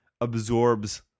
absorbs